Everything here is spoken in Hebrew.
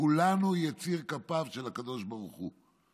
כולנו יצירי כפיו של הקדוש ברוך הוא.